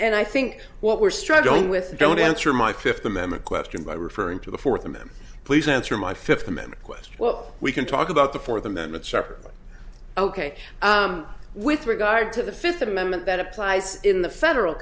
and i think what we're struggling with don't answer my fifth amendment question by referring to the fourth amendment please answer my fifth amendment question well we can talk about the fourth amendment separately ok with regard to the fifth amendment that applies in the federal